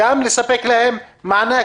גם לספק להם מענק,